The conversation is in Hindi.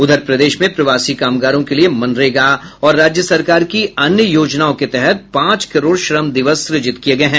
उधर प्रदेश में प्रवासी कामगारों के लिये मनरेगा और राज्य सरकार की अन्य योजनाओं के तहत पांच करोड़ श्रम दिवस सृजित किये गये हैं